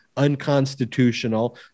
unconstitutional